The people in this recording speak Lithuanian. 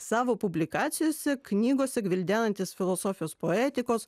savo publikacijose knygose gvildenantis filosofijos poetikos